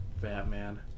Batman